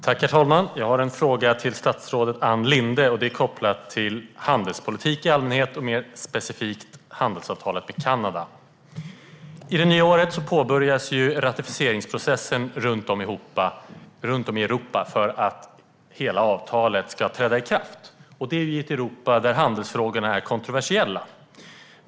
Herr talman! Jag har en fråga till statsrådet Ann Linde med koppling till handelspolitik i allmänhet och mer specifikt handelsavtalet med Kanada. På det nya året påbörjas runt om i Europa ratificeringsprocessen för att hela avtalet ska träda i kraft. Det sker i ett Europa där handelsfrågorna är kontroversiella.